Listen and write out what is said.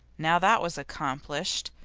now that was accomplished.